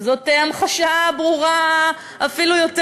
המחשה ברורה אפילו יותר.